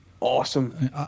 awesome